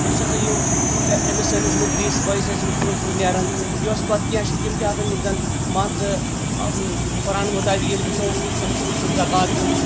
یُس ہسا یہِ أمِس سٲنِس گریٖس بٲیِس ٲسۍ یِم ژوٗنٹھۍ ووٗٹھ نیرن یۄس پَتہٕ کیٚنٛہہ چھِ تِم تہِ آسان یِم زَن مان ژٕ قۄرآن مُطابق ییٚلہِ وُچھو أمِس چھُ اُشُر زکات دِیُن